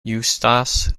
eustace